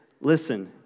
Listen